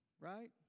right